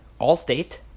Allstate